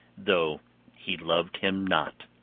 though he loved him not.